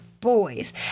boys